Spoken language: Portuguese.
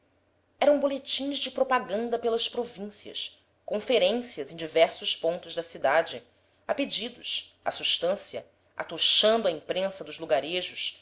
eram boletins de propaganda pelas províncias conferências em diversos pontos da cidade a pedidos à substância atochando a imprensa dos lugarejos